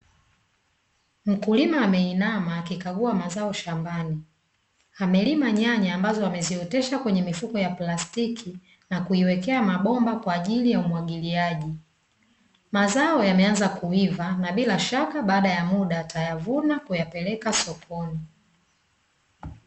Mkulima ameinama akikagua mazao shambani, amelima nyanya ambazo ameziotesha kwenye mifuko ya plastiki na kuiwekea mabomba kwa ajili ya umwagiliaji, mazao yameanza kuiva na bila shaka baada ya muda atayavuna kuyapeleka sokoni.